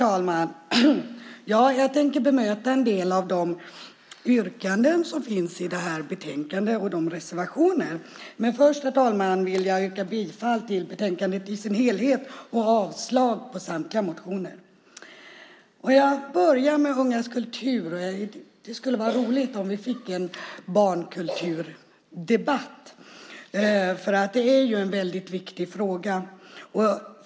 Herr talman! Jag tänker bemöta en del av de yrkanden som finns i betänkandet och även reservationerna. Först vill jag dock yrka bifall till utskottets förslaget i betänkandet i dess helhet och avslag på samtliga motioner. Jag börjar med ungas kultur. Det skulle vara roligt om vi fick en barnkulturdebatt, för det är ju en väldigt viktig fråga.